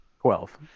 Twelve